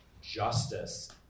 justice